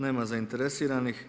Nema zainteresiranih.